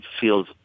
feels